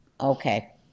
Okay